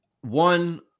one